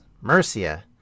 Mercia